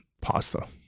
pasta